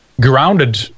grounded